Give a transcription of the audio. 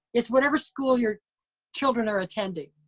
it's whatever school your children are attending,